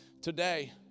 today